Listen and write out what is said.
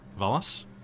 VALAS